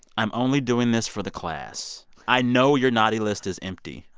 i'm only doing this for the class. i know your naughty list is empty.